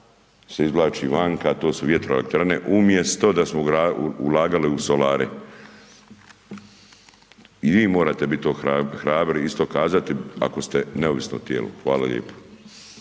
se izvlači vanka, a to su vjetroelektrane, umjesto da smo ulagali u solare. I vi morate to hrabri isto kazati, ako ste neovisno tijelo. Hvala lijepo.